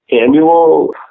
annual